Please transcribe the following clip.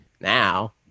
Now